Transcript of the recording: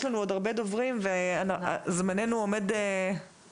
יש לנו עוד הרבה דוברים וזמננו עומד להסתיים.